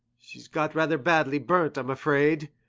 she got rather badly burnt, i'm afraid.